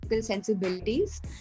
Sensibilities